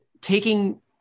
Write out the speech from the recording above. taking